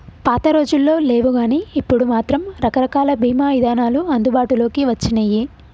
పాతరోజుల్లో లేవుగానీ ఇప్పుడు మాత్రం రకరకాల బీమా ఇదానాలు అందుబాటులోకి వచ్చినియ్యి